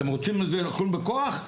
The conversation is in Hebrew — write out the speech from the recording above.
אתם רוצים להילחם בכוח?